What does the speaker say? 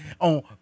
On